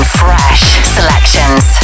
fresh—selections